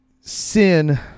sin